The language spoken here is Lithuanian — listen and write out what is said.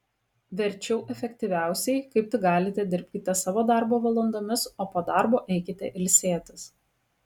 verčiau efektyviausiai kaip tik galite dirbkite savo darbo valandomis o po darbo eikite ilsėtis